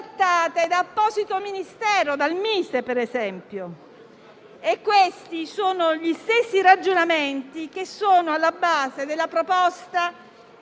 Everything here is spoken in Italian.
da apposito Ministero, dal Mise, per esempio. Questi sono gli stessi ragionamenti alla base della proposta